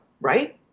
right